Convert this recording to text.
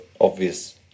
obvious